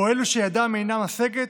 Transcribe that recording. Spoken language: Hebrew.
או אלו שידם אינה משגת,